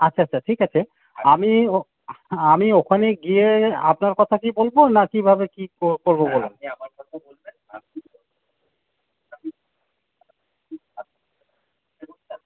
আচ্ছা আচ্ছা ঠিক আছে আমি ও আমি ওখানেই গিয়ে আপনার কথা কি বলবো না কীভাবে কী করবো বলুন